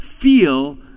feel